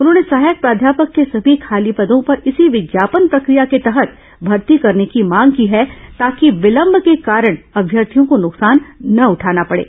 उन्होंने सहायक प्राध्यापक के सभी खाली पदों पर इसी विज्ञापन प्रक्रिया के तहत भर्ती करने की मांग की है ताकि विलंब के कारण अभ्यर्थियों को नुकसान न उठाना पडे